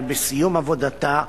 היא בסיום עבודתה,